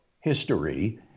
history